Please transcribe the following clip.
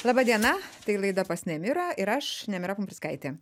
laba diena tai laida pas nemirą ir aš nemira pumprickaitė